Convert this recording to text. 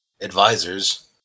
advisors